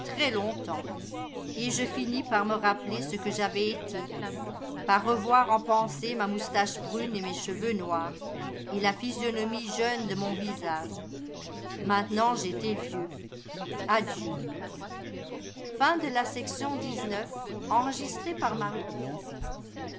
et je finis par me rappeler ce que j'avais été par revoir en pensée ma moustache brune et mes cheveux noirs et la physionomie jeune de mon visage maintenant j'étais vieux adieu